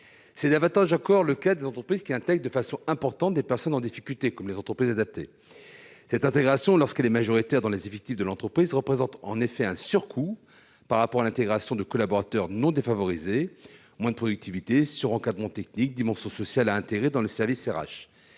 C'est davantage le cas encore des entreprises qui intègrent de façon importante des personnes en difficulté, comme les entreprises adaptées. Lorsqu'elle est majoritaire dans les effectifs de l'entreprise, cette intégration représente en effet un surcoût par rapport à l'intégration de collaborateurs non défavorisés- moindre productivité, surencadrement technique nécessaire, dimension sociale à intégrer dans le service des